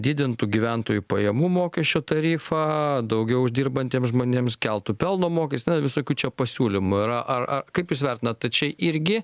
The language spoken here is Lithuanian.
didintų gyventojų pajamų mokesčio tarifą daugiau uždirbantiems žmonėms keltų pelno mokestį na visokių čia pasiūlymų yra ar ar kaip jis vertinat tai ar čia irgi